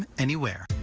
anywhere.